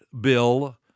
Bill